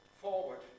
forward